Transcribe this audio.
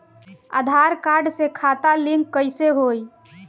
आधार card से खाता link कईसे होई?